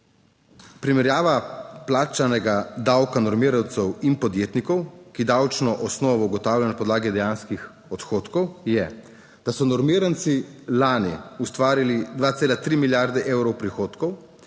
primerjava plačanega davka normirancev in podjetnikov, ki davčno osnovo ugotavlja na podlagi dejanskih odhodkov je, da so normiranci lani ustvarili 2,3 milijarde evrov prihodkov in